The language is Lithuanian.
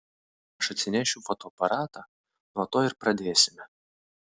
aš atsinešiu fotoaparatą nuo to ir pradėsime